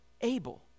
Abel